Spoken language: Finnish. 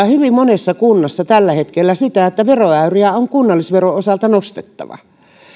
hyvin monessa kunnassa tällä hetkellä sitä että veroäyriä on kunnallisveron osalta nostettava